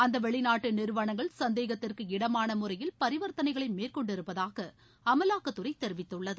அந்த வெளிநாட்டு நிறுவனங்கள் சந்தேகத்திற்கு இடமான முறையில் பரிவர்த்தனைகளை மேற்கொண்டிருப்பதாக அமலாக்கத்துறை தெரிவித்துள்ளது